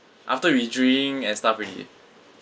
after we drink and stuff already